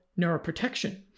neuroprotection